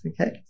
okay